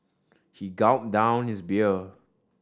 he gulped down his beer